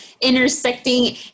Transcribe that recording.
intersecting